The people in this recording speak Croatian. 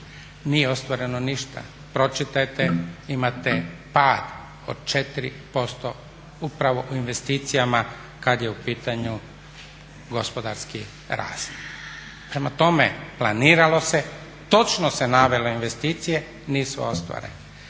Nije ostvareno ništa, pročitajte, imate pad od 4% upravo u investicijama kada je u pitanju gospodarski rast. Prema tome, planiralo se, točno se navelo investicije nisu ostvarene.